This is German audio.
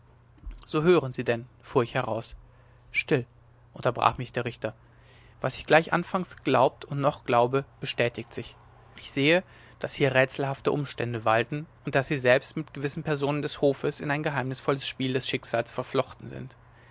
so hören sie denn fuhr ich heraus still unterbrach mich der richter was ich gleich anfangs geglaubt und noch glaube bestätigt sich ich sehe daß hier rätselhafte umstände walten und daß sie selbst mit gewissen personen des hofes in ein geheimnisvolles spiel des schicksals verflochten sind